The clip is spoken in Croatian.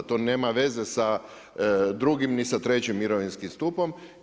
To nema veze sa drugim, ni sa trećim mirovinskim stupom.